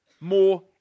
more